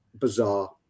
Bizarre